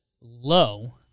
low